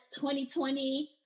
2020